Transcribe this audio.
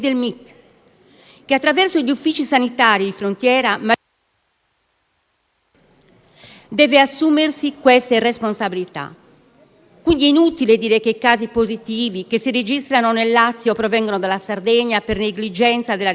che attraverso gli uffici sanitari di frontiera... *(Il microfono si disattiva automaticamente)* ...deve assumersi queste responsabilità. Quindi è inutile dire che i casi positivi, che si registrano nel Lazio, provengono dalla Sardegna per negligenza della Regione;